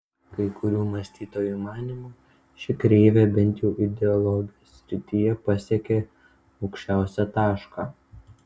kai kurių mąstytojų manymu ši kreivė bent jau ideologijos srityje pasiekė aukščiausią tašką